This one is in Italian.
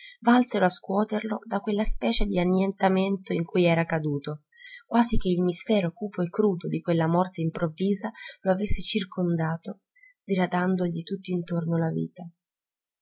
valsero a scuoterlo da quella specie d'annientamento in cui era caduto quasi che il mistero cupo e crudo di quella morte improvvisa lo avesse circondato diradandogli tutt'intorno la vita